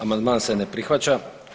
Amandman se ne prihvaća.